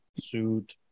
suit